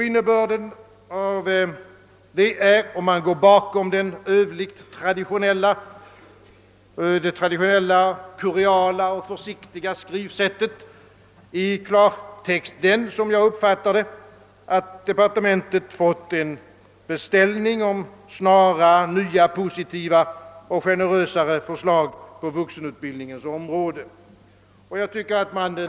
Innebörden därav är, om man går bakom det övliga, kuriala och försiktiga skrivsättet, i klartext att departementet får en beställning på snara nya, positiva och generösare förslag på vuxenutbildningens område.